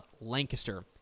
Lancaster